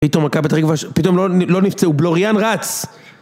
פתאום מקבלת רגבה, פתאום לא נפצעו, בלוריאן רץ!